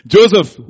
Joseph